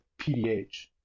PDH